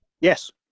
yes